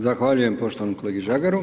Zahvaljujem poštovanom kolegi Žagaru.